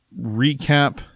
recap